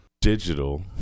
digital